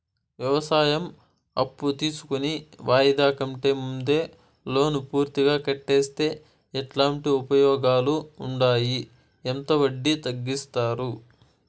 వ్యవసాయం అప్పు తీసుకొని వాయిదా కంటే ముందే లోను పూర్తిగా కట్టేస్తే ఎట్లాంటి ఉపయోగాలు ఉండాయి? ఎంత వడ్డీ తగ్గిస్తారు?